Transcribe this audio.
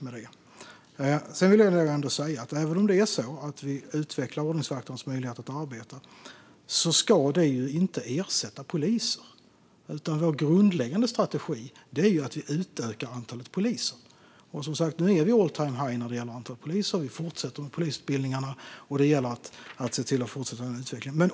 Låt mig ändå säga att även om vi utvecklar ordningsvakters möjlighet att arbeta ska de inte ersätta poliser. Vår grundläggande strategi är att utöka antalet poliser. Nu är det all-time-high när det gäller antal poliser, och vi fortsätter att utbilda poliser. Det gäller att fortsätta den här utvecklingen.